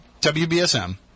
WBSM